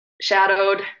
shadowed